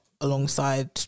alongside